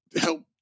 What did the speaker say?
help